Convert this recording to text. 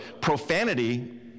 profanity